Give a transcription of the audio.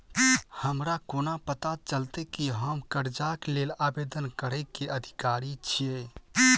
हमरा कोना पता चलतै की हम करजाक लेल आवेदन करै केँ अधिकारी छियै?